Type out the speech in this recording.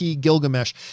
Gilgamesh